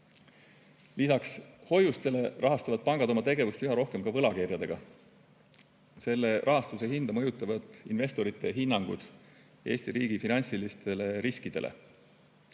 poolel. Lisaks hoiustele rahastavad pangad oma tegevust üha rohkem ka võlakirjadega. Selle rahastuse hinda mõjutavad investorite hinnangud Eesti riigi finantsilistele riskidele.